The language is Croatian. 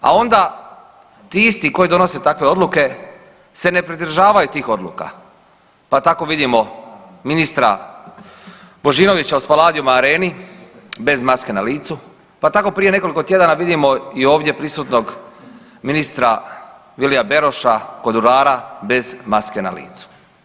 A onda ti isti koji donose takve odluke se ne pridržavaju tih odluka, pa tako vidimo ministra Božinovića u Spaladium Areni bez maske na licu, pa tako prije nekoliko tjedana vidimo i ovdje prisutnog ministra Vilija Beroša kod urara bez maske na licu.